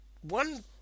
One